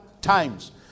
times